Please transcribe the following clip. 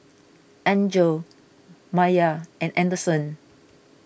Enzo Meyer and anderson